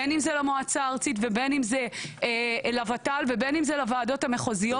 בין אם זה למועצה הארצית ובין אם זה לוועדות המחוזיות.